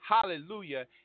hallelujah